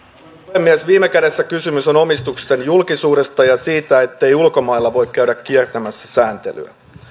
puhemies viime kädessä kysymys on omistusten julkisuudesta ja siitä ettei ulkomailla voi käydä kiertämässä sääntelyä